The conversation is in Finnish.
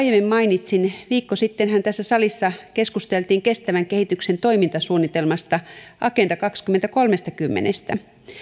mainitsin viikko sittenhän tässä salissa keskusteltiin kestävän kehityksen toimintasuunnitelmasta agenda kaksituhattakolmekymmentästä